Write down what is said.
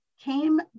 Came